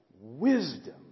wisdom